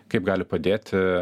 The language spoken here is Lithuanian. kaip gali padėti